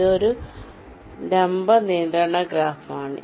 ഇതൊരു ലംബ നിയന്ത്രണ ഗ്രാഫാണ്